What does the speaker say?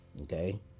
okay